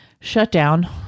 shutdown